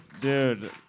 Dude